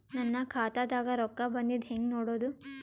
ನನ್ನ ಖಾತಾದಾಗ ರೊಕ್ಕ ಬಂದಿದ್ದ ಹೆಂಗ್ ನೋಡದು?